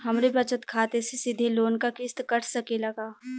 हमरे बचत खाते से सीधे लोन क किस्त कट सकेला का?